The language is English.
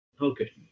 Okay